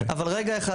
אבל רגע אחד.